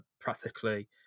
practically